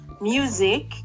music